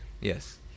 Yes